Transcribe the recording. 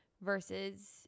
versus